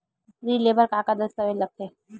ऋण ले बर का का दस्तावेज लगथे?